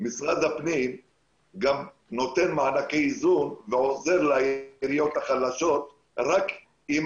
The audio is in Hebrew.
משרד הפנים גם נותן מענקי איזון ועוזר לעיריות החלשות רק אם